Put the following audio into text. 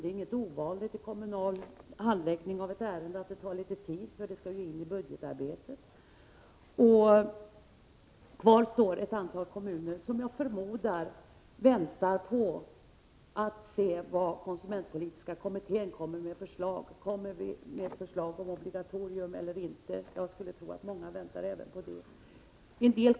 Det är inget ovanligt i kommunal handläggning av ett ärende att det tar litet tid — det skall ju in i budgetarbetet. Kvar står vidare ett antal kommuner som, förmodar jag, väntar på att se vad konsumentpolitiska kommittén kommer med för förslag. Kommer den med ett förslag om obligatorium eller inte? Jag skulle tro att många väntar på att få se även det.